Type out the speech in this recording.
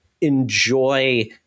Enjoy